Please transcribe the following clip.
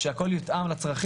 ושהכול יותר לצרכים.